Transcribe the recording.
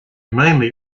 mainly